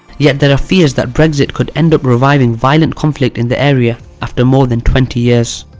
yet, there are fears that brexit could end up reviving violent conflict in the area after more than twenty years.